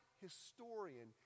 historian